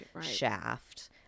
shaft